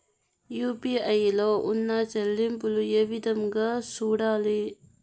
UPI లో ఉన్న చెల్లింపులు ఏ విధంగా సూడాలి